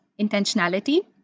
intentionality